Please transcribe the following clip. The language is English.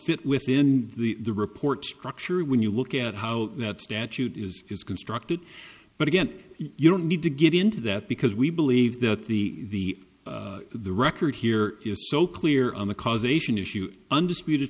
fit within the report structure when you look at how that statute is is constructed but again you don't need to get into that because we believe that the the record here is so clear on the causation issue undisputed